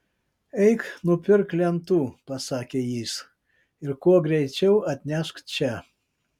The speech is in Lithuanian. eik nupirk lentų pasakė jis ir kuo greičiau atnešk čia